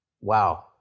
Wow